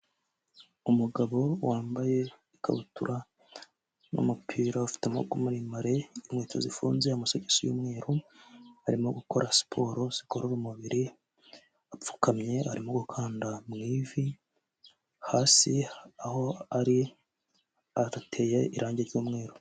Umugabo wambaye ikabutura n'umupira ufite amaboko maremare, inkweto zifunze, amasogisi y'umweru, arimo gukora siporo zigorora umubiri, apfukamye arimo gukanda mu ivi, hasi aho ari hateye irange ry'umweru.